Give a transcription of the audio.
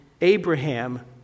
Abraham